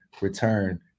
return